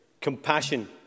compassion